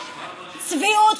צביעות,